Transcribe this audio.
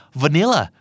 vanilla